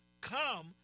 Come